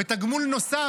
ותגמול נוסף,